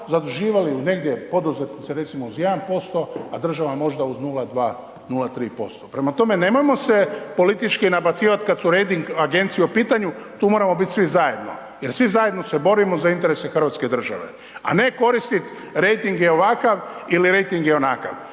zaduživali negdje poduzetnici recimo uz 1%, a država možda uz 0,2, 0,3%. Prema tome, nemojmo se politički nabacivati kada su rejting agencije u pitanju, tu moramo biti svi zajedno jer svi zajedno se borimo za interese Hrvatske države, a ne koristit rejting je ovakav i rejting je onakav.